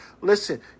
listen